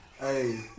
Hey